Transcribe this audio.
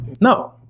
No